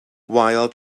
while